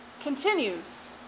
continues